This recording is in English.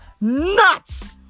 nuts